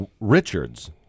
Richards